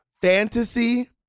fantasy